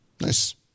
Nice